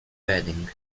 wedding